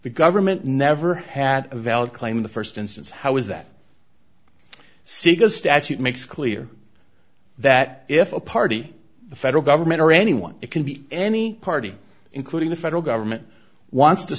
the government never had a valid claim in the st instance how is that siga statute makes clear that if a party the federal government or anyone it can be any party including the federal government wants to